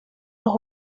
los